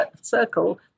circle